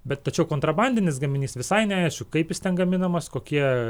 bet tačiau kontrabandinis gaminys visai neaišku kaip jis ten gaminamas kokie